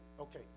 okay